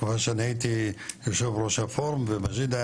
בתקופה שאני הייתי יושב ראש הפורום ומג'יד היה